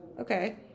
Okay